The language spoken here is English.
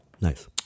Nice